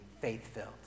faith-filled